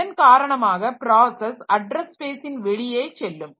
அதன் காரணமாக process address ஸ்பேஸின் வெளியே செல்லும்